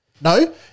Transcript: No